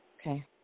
Okay